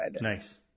Nice